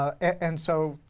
ah and so,